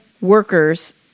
workers